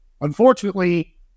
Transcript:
Unfortunately